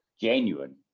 genuine